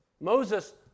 Moses